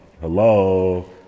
hello